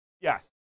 Yes